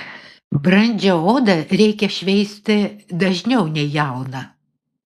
brandžią odą reikia šveisti dažniau nei jauną